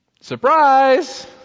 Surprise